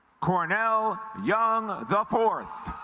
cornell young the fourth